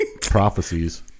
prophecies